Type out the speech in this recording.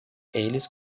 eles